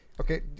okay